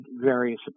various